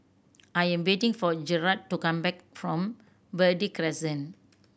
I am waiting for Jerrad to come back from Verde Crescent